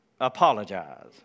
apologize